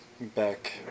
Back